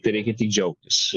tereikia tik džiaugtis